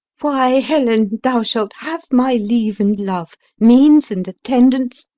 why, helen, thou shalt have my leave and love, means and attendants,